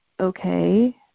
Okay